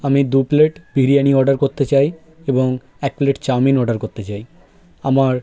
আমি দু plate biryani order করতে চাই এবং এক প্লেট চাউমিন অর্ডার করতে চাই আমার